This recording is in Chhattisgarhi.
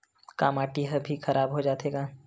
का माटी ह भी खराब हो जाथे का?